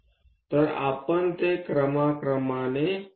तर आपण ते क्रमाक्रमाने करू